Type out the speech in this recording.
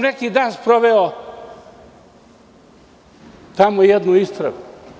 Neki dan sam sproveo tamo jednu istragu.